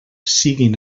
siguin